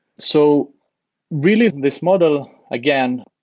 so really, this model again,